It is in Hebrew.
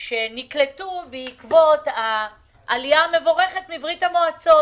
שנקלטו בעקבות העלייה המבורכת מברית המועצות.